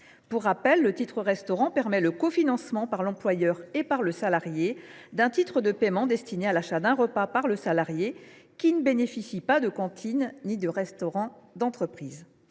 Pour rappel, le titre restaurant permet le cofinancement par l’employeur et par le salarié d’un paiement destiné à l’achat d’un repas par le salarié qui ne bénéficie pas de cantine ni de restaurant d’entreprise.